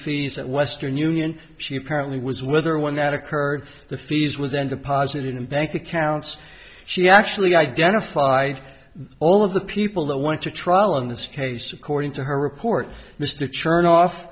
fees at western union she apparently was whether when that occurred the fees were then deposited in bank accounts she actually identified all of the people that went to trial on the space according to her report mr churn off